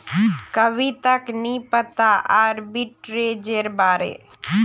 कविताक नी पता आर्बिट्रेजेर बारे